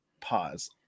pause